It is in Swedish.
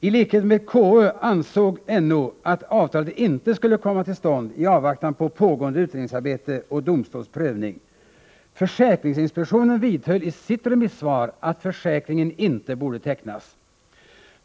I likhet med KO ansåg NO att avtalet inte skulle komma till stånd i avvaktan på pågående utredningsarbete och domstols prövning. Försäkringsinspektionen vidhöll i sitt remissvar att försäkringen inte borde tecknas.